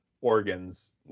organs